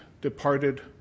departed